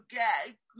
get